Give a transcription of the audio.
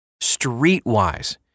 Streetwise